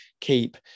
keep